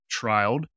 trialed